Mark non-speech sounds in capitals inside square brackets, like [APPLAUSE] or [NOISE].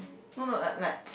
no no like like [NOISE]